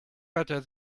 better